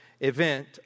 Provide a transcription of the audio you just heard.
event